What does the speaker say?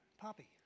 Poppy